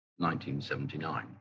1979